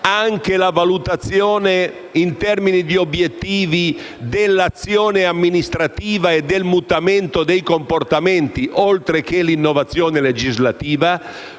anche la valutazione in termini di obiettivi dell'azione amministrativa e del mutamento dei comportamenti, oltre che l'innovazione legislativa?